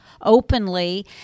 openly